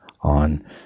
on